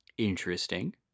interesting